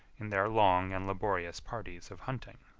in their long and laborious parties of hunting.